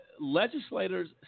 Legislators